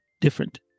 different